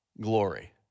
glory